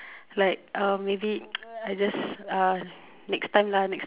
like um maybe I just uh next time lah next time